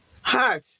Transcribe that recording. hush